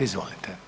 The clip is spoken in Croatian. Izvolite.